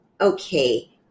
okay